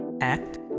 Act